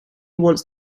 wants